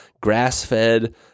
grass-fed